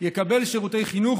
יקבל שירותי חינוך,